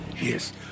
Yes